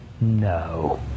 no